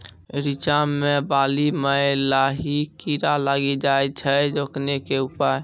रिचा मे बाली मैं लाही कीड़ा लागी जाए छै रोकने के उपाय?